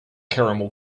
caramel